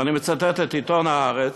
ואני מצטט את עיתון הארץ,